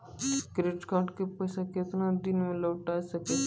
Credit card के पैसा केतना दिन मे लौटाए के पड़ी?